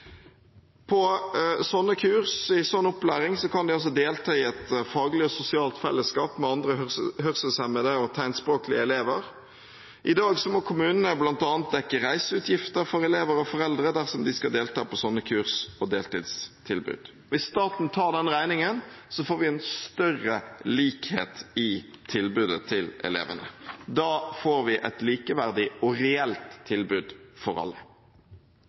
På slike kurs, i en slik opplæring, kan de delta i et faglig og sosialt fellesskap med andre hørselshemmede og tegnspråklige elever. I dag må kommunene bl.a. dekke reiseutgifter for elever og foreldre dersom de skal delta på slike kurs og deltidstilbud. Hvis staten tar denne regningen, får vi en større likhet i tilbudet til elevene. Da får vi et likeverdig og reelt tilbud til alle.